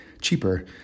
cheaper